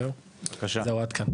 אדוני